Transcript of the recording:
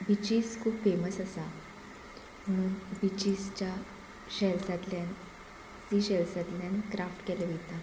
बिचीस खूब फेमस आसा म्हणून बिचीसच्या शेल्सांतल्यान सी शेल्सांतल्यान क्राफ्ट केले वयता